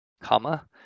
comma